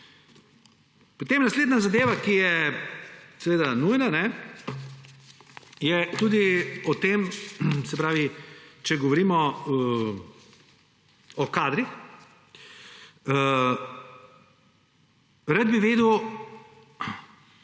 Potem naslednja zadeva, ki je seveda nujna, je tudi o tem, če govorimo o kadrih, rad bi vedel,